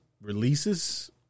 releases